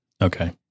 Okay